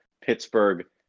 Pittsburgh